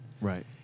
Right